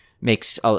Makes